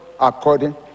according